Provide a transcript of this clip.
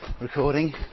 recording